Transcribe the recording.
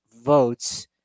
votes